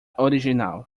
original